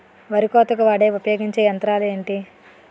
వరి కోతకు వాడే ఉపయోగించే యంత్రాలు ఏంటి?